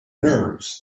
nerves